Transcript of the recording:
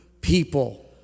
people